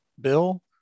bill